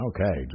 Okay